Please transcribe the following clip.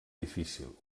difícil